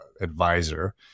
advisor